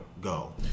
go